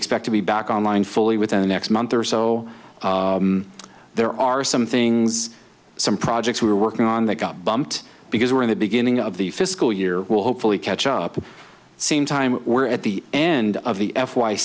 expect to be back online fully within the next month or so there are some things some projects we're working on that got bumped because we're in the beginning of the fiscal year will hopefully catch up same time we're at the end of the f y